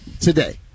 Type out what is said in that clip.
today